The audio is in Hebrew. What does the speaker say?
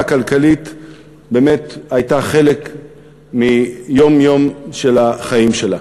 הכלכלית הייתה חלק מחיי היום-יום שלה.